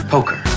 Poker